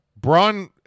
braun